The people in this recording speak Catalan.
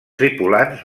tripulants